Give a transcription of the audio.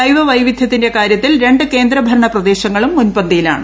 ജൈവ വൈവിധ്യത്തിന്റെ കാര്യത്തിൽ രണ്ട് കേന്ദ്രഭരണ പ്രദേശങ്ങളും മുൻപന്തിയിലാണ്